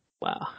Wow